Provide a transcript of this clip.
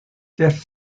death